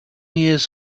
years